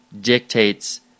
dictates